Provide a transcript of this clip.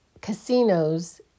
casinos